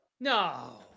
No